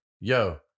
yo